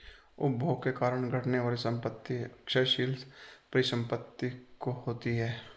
उपभोग के कारण घटने वाली संपत्ति क्षयशील परिसंपत्ति होती हैं